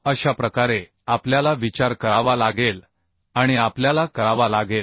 तर अशा प्रकारे आपल्याला विचार करावा लागेल आणि आपल्याला रचना करावी लागेल